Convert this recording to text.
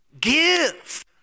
Give